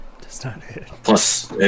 Plus